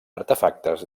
artefactes